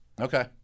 Okay